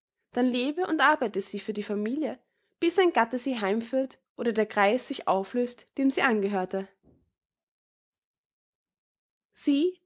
dann lebe und arbeite sie für die familie bis ein gatte sie heimführt oder der kreis sich auflöst dem sie angehörte sie